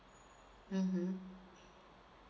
mmhmm